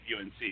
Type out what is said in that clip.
UNC